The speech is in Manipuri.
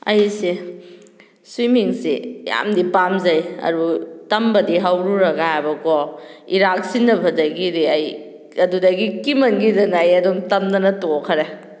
ꯑꯩꯁꯦ ꯁ꯭ꯋꯤꯝꯃꯤꯡꯁꯤ ꯌꯥꯝꯅꯗꯤ ꯄꯥꯝꯖꯩ ꯑꯗꯨ ꯇꯝꯕꯗꯤ ꯍꯧꯔꯨꯔꯒꯕꯀꯣ ꯏꯔꯥꯛꯁꯤꯟꯅꯒꯤꯕꯗꯩꯗꯤ ꯑꯩ ꯑꯗꯨꯗꯒꯤ ꯀꯤꯃꯟꯈꯤꯗꯅ ꯑꯩ ꯑꯗꯨꯝ ꯇꯝꯗꯅ ꯇꯣꯛꯈ꯭ꯔꯦ